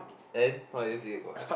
then what is it go on